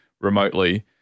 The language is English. remotely